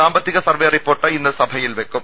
സാമ്പത്തിക survey report ഇന്ന് സഭയിൽ വെക്കും